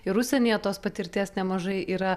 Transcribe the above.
ir užsienyje tos patirties nemažai yra